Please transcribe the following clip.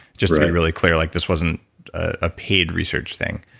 just to be really clear, like this wasn't a paid research thing.